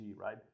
right